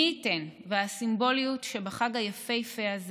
מי ייתן והסימבוליות שבחג היפהפה הזה